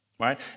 right